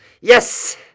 Yes